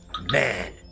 Man